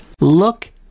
Look